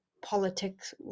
politics